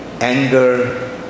anger